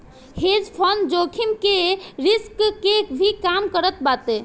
hedge fund जोखिम के risk के भी कम करत बाटे